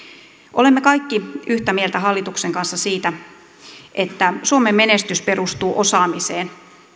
olemme kaikki yhtä mieltä hallituksen kanssa siitä että suomen menestys perustuu osaamiseen